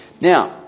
Now